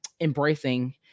embracing